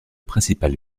principal